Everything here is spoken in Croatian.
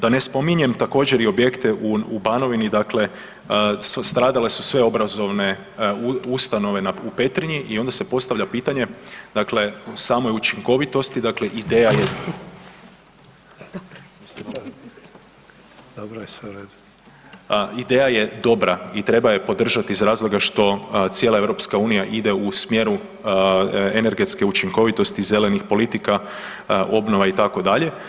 Da ne spominjem također i objekte u Banovini dakle stradale su sve obrazovne ustanove u Petrinji i onda se postavlja pitanje dakle o samoj učinkovitosti dakle ideja je dobra i treba je podržati iz razloga što cijela EU ide u smjeru energetske učinkovitosti zelenih politika, obnova itd.